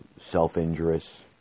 self-injurious